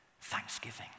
thanksgiving